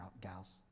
gals